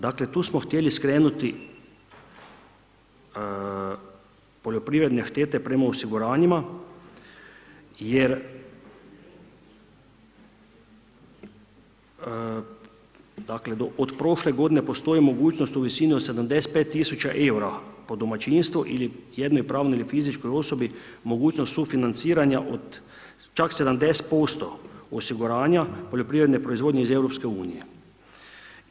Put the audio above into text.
Dakle tu smo htjeli skrenuti poljoprivredne štete prema osiguranjima jer dakle od prošle godine postoji mogućnost u visini od 75 000 eura po domaćinstvu ili jednoj pravnoj ili fizičkoj osobi mogućnost sufinanciranja od čak 70% osiguranja poljoprivredne proizvodnje iz EU-a.